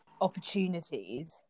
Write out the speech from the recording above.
opportunities